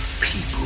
people